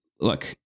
look